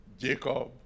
Jacob